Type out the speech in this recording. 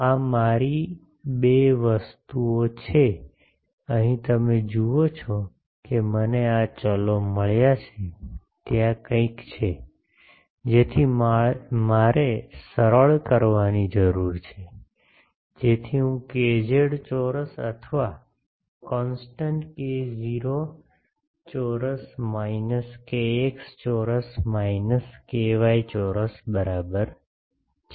તો આ મારી બે વસ્તુઓ છે અહીં તમે જુઓ છો કે મને આ ચલો મળ્યાં છે ત્યાં કંઈક છે જેથી મારે સરળ કરવાની જરૂર છે જેથી હું KZ ચોરસ આ કોન્સ્ટટન્ટ k0 ચોરસ માઇનસ kx ચોરસ માઇનસ Ky ચોરસ બરાબર છે